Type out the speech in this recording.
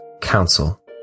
council